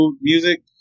music